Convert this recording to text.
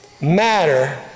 matter